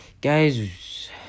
guys